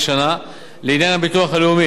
לעניין קרנות הפנסיה הוותיקות שבהסדר,